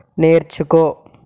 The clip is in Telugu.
నేర్చుకో